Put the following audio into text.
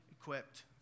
equipped